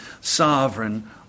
sovereign